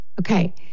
Okay